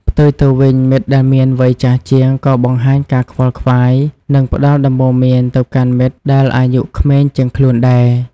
ផ្ទុយទៅវិញ មិត្តដែលមានវ័យចាស់ជាងក៏បង្ហាញការខ្វល់ខ្វាយ និងផ្តល់ដំបូន្មានទៅកាន់មិត្តដែលអាយុក្មេងជាងខ្លួនដែរ។